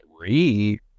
three